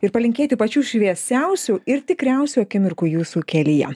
ir palinkėti pačių šviesiausių ir tikriausių akimirkų jūsų kelyje